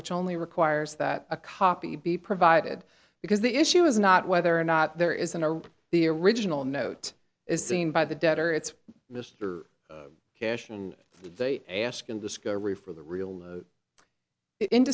which only requires that a copy be provided because the issue is not whether or not there isn't a the original note is seen by the debtor it's mr cash and they ask and discovery for the real